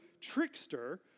trickster